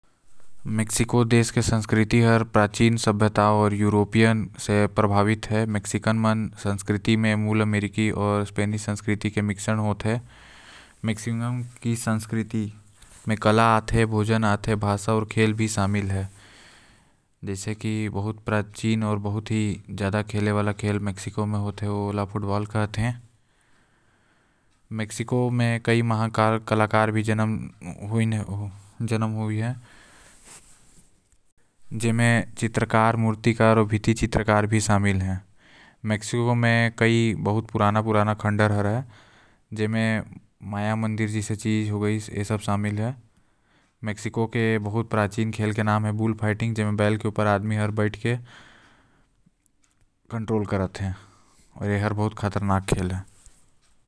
मैक्सिको देश के संस्कृति प्राचीन सभ्यता आऊ यूरोप देश से प्रभावित हे एकर संस्कृति म कला आते खेल आते आऊ खाना भी सम्मिलित है। जिन खेल के ओमन महत्व देते उमा पहला है फुटबॉल और साथ हही मैक्सिको देश म बहुत सारा बड़ा हस्ती भी पैदा ले चुके हे।